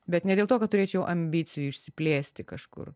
bet ne dėl to kad turėčiau ambicijų išsiplėsti kažkur